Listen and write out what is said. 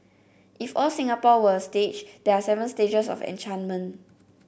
if all Singapore were a stage there are seven stages of enchantment